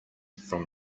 from